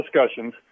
discussions